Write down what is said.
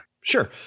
Sure